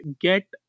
get